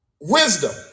wisdom